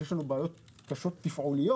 שיש לנו בעיות תפעוליות קשות,